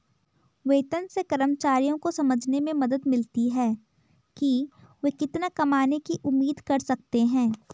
वेतन से कर्मचारियों को समझने में मदद मिलती है कि वे कितना कमाने की उम्मीद कर सकते हैं